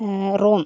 Rome